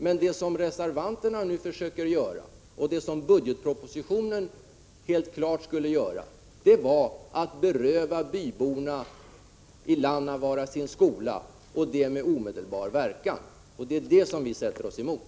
Men det reservanterna nu försöker göra och det budgetpropositionen helt klart går ut på är att beröva byborna i Lannavaara deras skola, och det med omedelbar verkan. Det är det vi sätter oss emot.